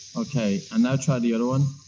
okay, and now try the other one.